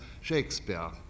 Shakespeare